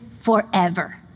forever